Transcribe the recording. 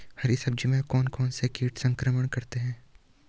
हरी सब्जी में कौन कौन से कीट संक्रमण करते हैं?